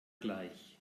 gleich